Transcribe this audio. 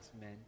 men